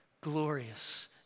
glorious